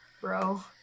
bro